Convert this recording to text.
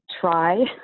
try